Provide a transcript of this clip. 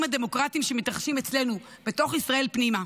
הדמוקרטיים המתרחשים אצלנו בתוך ישראל פנימה.